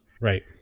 right